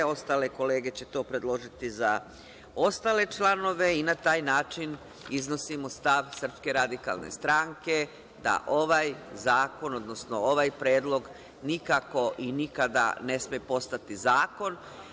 Ostale kolege će to predložiti za ostale članove i na taj način iznosimo stav SRS da ovaj zakon, odnosno ovaj predlog nikako i nikada ne sme postati zakon.